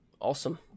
Awesome